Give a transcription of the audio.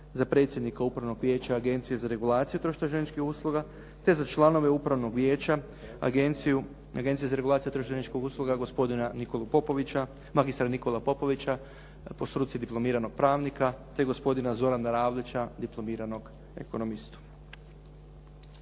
za predsjednika Upravnog vijeća Agencije za regulaciju tržišta željezničkih usluga, te za članove Upravnog vijeća Agencije za regulaciju tržišta željezničkih usluga gospodina Nikolu Popovića, magistra Nikolu Popovića po struci diplomiranog pravnika, te gospodina Zorana Ravlića diplomiranog ekonomistu.